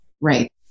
Right